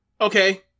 Okay